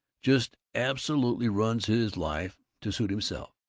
just absolutely runs his life to suit himself,